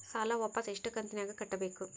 ಸಾಲ ವಾಪಸ್ ಎಷ್ಟು ಕಂತಿನ್ಯಾಗ ಕಟ್ಟಬೇಕು?